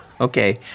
Okay